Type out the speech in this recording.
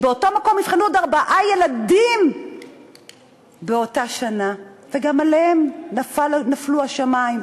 באותו מקום אבחנו עוד ארבעה ילדים באותה שנה וגם עליהם נפלו השמים.